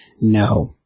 No